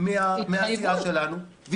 מהסיעה שלנו,